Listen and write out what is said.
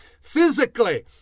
Physically